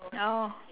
no